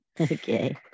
Okay